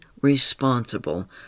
responsible